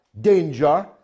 danger